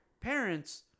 parents